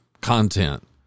content